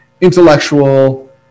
intellectual